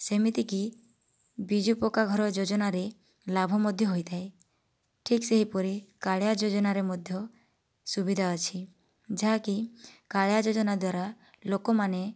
ସେମିତିକି ବିଜୁ ପକ୍କା ଘର ଯୋଜନାରେ ଲାଭ ମଧ୍ୟ ହୋଇଥାଏ ଠିକ୍ ସେହିପରି କାଳିଆ ଯୋଜନାରେ ମଧ୍ୟ ସୁବିଧା ଅଛି ଯାହା କି କାଳିଆ ଯୋଜନା ଦ୍ୱାରା ଲୋକମାନେ